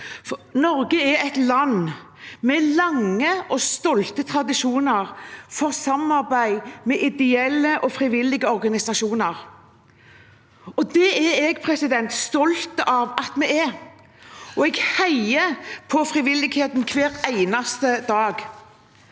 Norge er et land med lange og stolte tradisjoner for samarbeid med ideelle og frivillige organisasjoner, og det er jeg stolt av. Jeg heier på frivilligheten hver eneste dag.